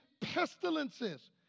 pestilences